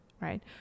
right